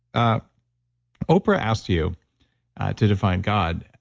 ah oprah asked you to define god.